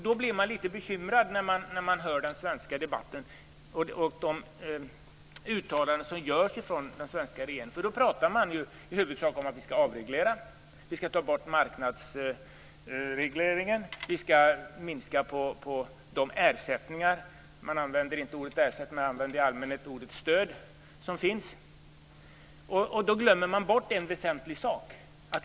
Då blir man litet bekymrad när man hör den svenska debatten och de uttalanden som görs från den svenska regeringen. Man pratar ju i huvudsak om att vi skall avreglera. Vi skall ta bort marknadsregleringen. Vi skall minska på de ersättningar som finns - man använder inte ordet "ersättningar" utan i allmänhet ordet "stöd". Då glömmer man bort en väsentlig sak.